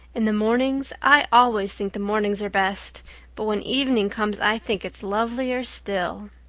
in the mornings i always think the mornings are best but when evening comes i think it's lovelier still.